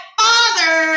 father